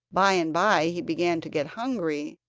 by-and-by he began to get hungry,